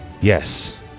Yes